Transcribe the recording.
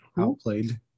outplayed